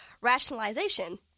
rationalization